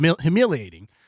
humiliating